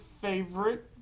favorite